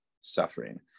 suffering